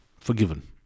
forgiven